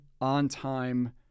on-time